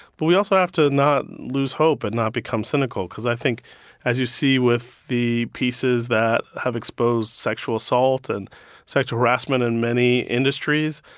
but we also have to not lose hope and not become cynical cause i think as you see with the pieces that have exposed sexual assault and sexual harassment in many industries,